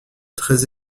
très